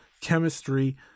chemistry